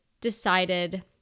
decided